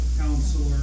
Counselor